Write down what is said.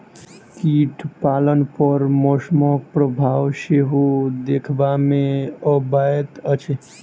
कीट पालन पर मौसमक प्रभाव सेहो देखबा मे अबैत अछि